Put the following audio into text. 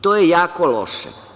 To je jako loše.